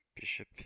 bishop